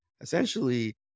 essentially